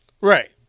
right